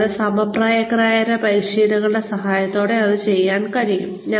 കൂടാതെ സമപ്രായക്കാരായ പരിശീലകരുടെ സഹായത്തോടെ ഇത് ചെയ്യാൻ കഴിയും